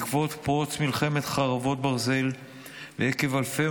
בעקבות פרוץ מלחמת חרבות ברזל ועקב אלפי